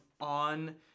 on